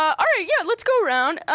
um alright, yeah, let's go around.